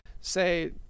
Say